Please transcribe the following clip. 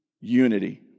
unity